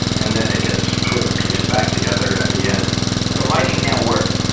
and then it gets sort of pieced back together at the end so lightning network,